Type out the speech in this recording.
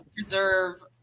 preserve